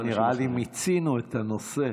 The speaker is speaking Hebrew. נראה לי שמיצינו את הנושא,